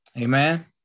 Amen